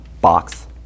box